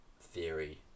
theory